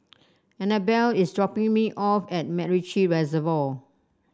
Anabel is dropping me off at MacRitchie Reservoir